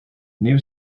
new